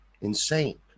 insane